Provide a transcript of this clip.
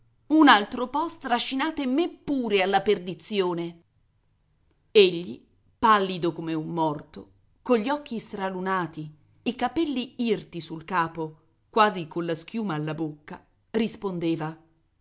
un altro po strascinate me pure alla perdizione egli pallido come un morto cogli occhi stralunati i capelli irti sul capo quasi colla schiuma alla bocca rispondeva